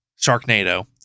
Sharknado